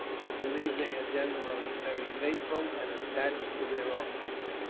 i believe they are generally very faithful, and attached to their officers.